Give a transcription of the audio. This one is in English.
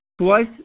twice